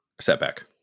setback